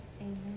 amen